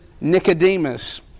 Nicodemus